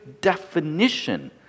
definition